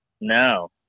No